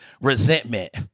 resentment